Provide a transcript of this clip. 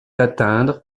atteindre